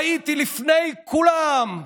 ראיתי לפני כולם.